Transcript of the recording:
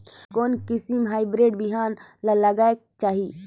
कोन किसम हाईब्रिड बिहान ला लगायेक चाही?